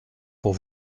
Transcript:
pour